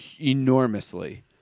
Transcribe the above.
enormously